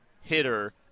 hitter